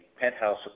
penthouse